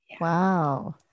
wow